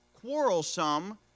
quarrelsome